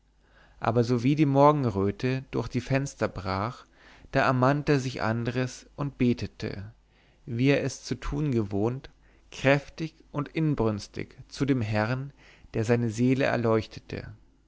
aber sowie die morgenröte durch die fenster brach da ermannte sich andres und betete wie er es zu tun gewohnt kräftig und inbrünstig zu dem herrn der seine seele erleuchtete